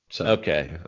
Okay